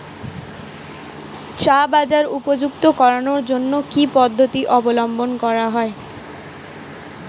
চা বাজার উপযুক্ত করানোর জন্য কি কি পদ্ধতি অবলম্বন করতে হয়?